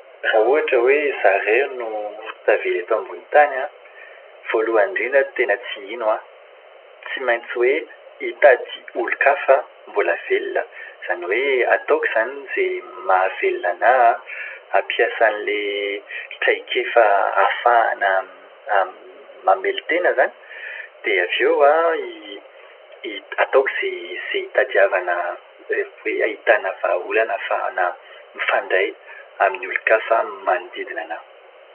Raha ohatra hoe izaho irery no tavela eto ambonin'ny tany an, voalohany indrindra teny tsy hino aho. Tsy maintsy hoe hitady olon-kafa aho mbola velona. Izany hoe ataoko izany izay mahavelona anahy an, hampiasana an'ilay traikefa ahafahana mamelon-tena izany. Dia avy eo an, ataoko izay itadiavana ahitàna vahaolana ahafahana mifandray amin'ny olon-kafa manodidina anahy.